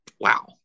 Wow